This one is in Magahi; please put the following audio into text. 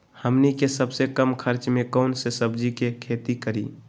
हमनी के सबसे कम खर्च में कौन से सब्जी के खेती करी?